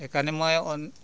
সেইকাৰণে মই অন